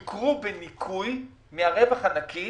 שקלים יוכרו בניכוי מהרווח הנקי